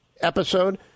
episode